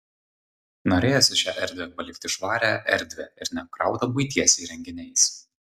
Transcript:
norėjosi šią erdvę palikti švarią erdvią ir neapkrautą buities įrenginiais